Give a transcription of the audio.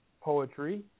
poetry